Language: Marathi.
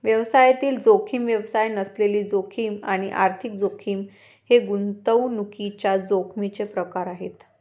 व्यवसायातील जोखीम, व्यवसाय नसलेली जोखीम आणि आर्थिक जोखीम हे गुंतवणुकीच्या जोखमीचे प्रकार आहेत